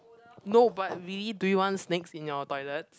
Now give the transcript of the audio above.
no but really do you want snakes in your toilet